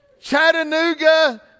Chattanooga